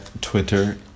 Twitter